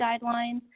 guidelines